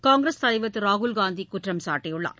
காங்கிரஸ் தலைவர் திரு ராகுல்காந்தி குற்றம்சாட்டியுள்ளார்